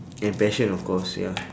and passion of course ya